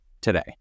today